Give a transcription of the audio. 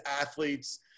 athletes